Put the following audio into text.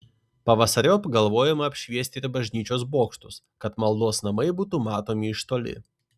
pavasariop galvojama apšviesti ir bažnyčios bokštus kad maldos namai būtų matomi iš toli